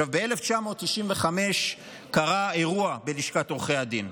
ב-1995 קרה אירוע בלשכת עורכי הדין.